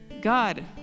God